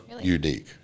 unique